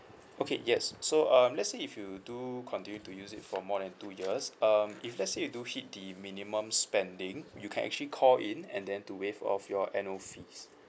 okay yes so um let's say if you do continue to use it for more than two years um if let's say you do hit the minimum spending you can actually call in and then to waive off your annual fees